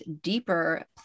deeper